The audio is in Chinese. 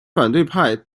反对派